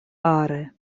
are